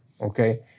okay